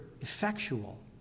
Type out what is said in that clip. effectual